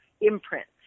imprints